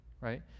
right